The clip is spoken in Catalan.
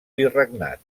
virregnat